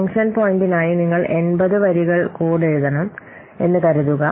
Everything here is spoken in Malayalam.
ഫംഗ്ഷൻ പോയിന്റിനായി നിങ്ങൾ 80 വരികൾ കോഡ് എഴുതണം എന്ന് കരുതുക